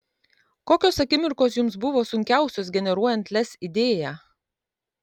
kokios akimirkos jums buvo sunkiausios generuojant lez idėją